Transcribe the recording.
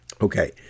Okay